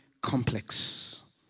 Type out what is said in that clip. complex